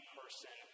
person